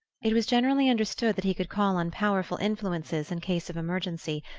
it was generally understood that he could call on powerful influences in case of emergency,